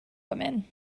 women